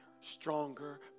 stronger